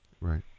Right